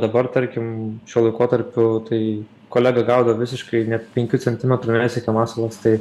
dabar tarkim šiuo laikotarpiu tai kolega gaudo visiškai net penkių centimetrų nesiekia masalas tai